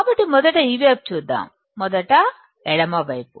కాబట్టి మొదట ఈ వైపు చూద్దాం మొదట ఎడమ వైపు